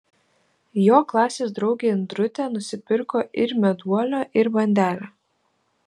jo klasės draugė indrutė nusipirko ir meduolio ir bandelę